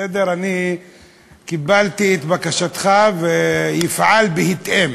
בסדר, אני קיבלתי את בקשתך ואפעל בהתאם.